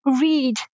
read